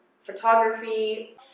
photography